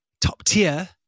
top-tier